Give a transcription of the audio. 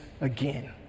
again